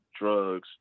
drugs